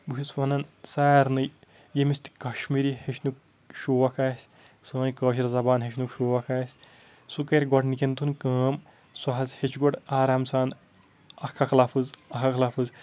بہٕ چھُس وَنان سارنٕے ییٚمِس تہِ کَشمیٖری ہیٚچھنُک شوق آسہِ سٲنۍ کٲشِر زَبان ہیٚچھنُک شوق آسہِ سُہ کَرِ گۄڈٕنِکٮ۪ن دۄہَن کٲم سُہ حظ ہیٚچھِ گۄڈٕ آرام سان اَکھ اَکھ لفٕظ اَکھ اَکھ لفٕظ